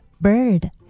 bird